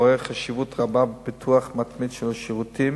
רואה חשיבות רבה בפיתוח מתמיד של שירותים